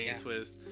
twist